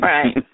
Right